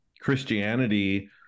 Christianity